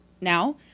now